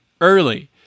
early